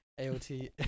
AOT